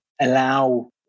allow